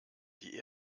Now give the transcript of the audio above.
die